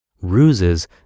ruses